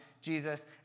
Jesus